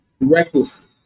Reckless